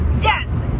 yes